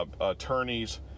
Attorneys